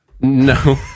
No